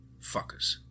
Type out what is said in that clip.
fuckers